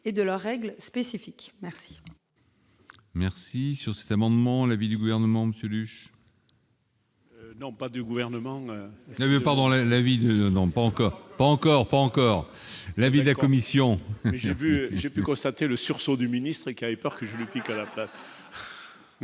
et de leurs règles spécifiques merci.